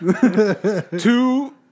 Two